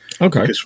Okay